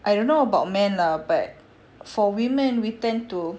I don't know about men lah but for women we tend to